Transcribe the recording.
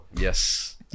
yes